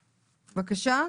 בבקשה.